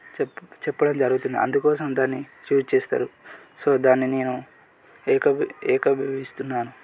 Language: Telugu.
చెప్ చెప్పడం జరుగుతుంది అందుకోసం దాన్ని యూస్ చేస్తారు సో దాన్ని నేను ఏకభి ఏకీభవిస్తున్నాను